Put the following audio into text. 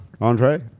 Andre